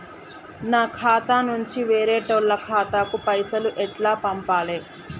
నా ఖాతా నుంచి వేరేటోళ్ల ఖాతాకు పైసలు ఎట్ల పంపాలే?